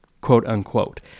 quote-unquote